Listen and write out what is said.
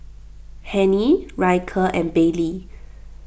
Hennie Ryker and Baylie